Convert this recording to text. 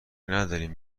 ندارین